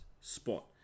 spot